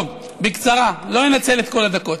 טוב, בקצרה, לא אנצל את כל הדקות.